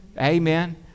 Amen